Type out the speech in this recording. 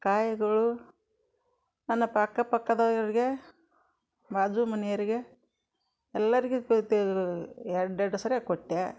ಕಾಯಿಗಳು ನನ್ನ ಪ ಅಕ್ಕಪಕ್ಕದವ್ರಿಗೆ ಬಾಜು ಮನಿಯವ್ರ್ಗೆ ಎಲ್ಲರಿಗೂ ಕೇಳ್ತಾ ಇದ್ದರು ಎರಡು ಎರಡು ಸಾರೆ ಕೊಟ್ಟೆ